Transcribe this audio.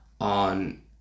on